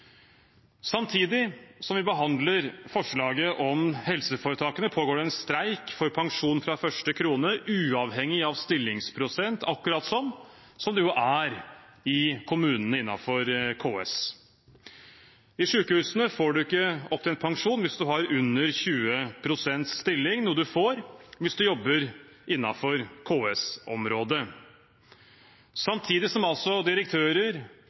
Samtidig som vi behandler forslaget om helseforetakene, pågår det en streik for pensjon fra første krone, uavhengig av stillingsprosent, akkurat som det er i kommunene innenfor KS. I sykehusene får man ikke opptjent pensjon hvis man har under 20 pst. stilling, noe man får hvis man jobber innenfor KS-området. Samtidig som direktører